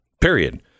period